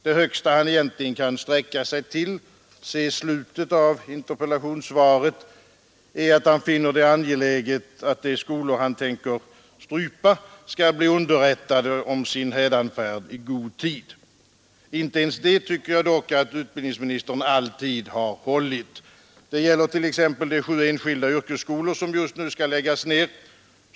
Det högsta han egentligen kan sträcka sig till — se slutet av interpellationssvaret — är att han finner det angeläget att de skolor han tänker strypa skall bli underrättade om sin hädanfärd i god tid. Inte ens detta tycker jag att utbildningsministern alltid har hållit. Det gäller t.ex. de enskilda yrkesskolor som just nu skall läggas ned.